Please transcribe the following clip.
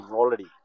already